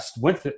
went